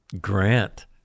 Grant